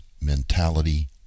mentality